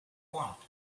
want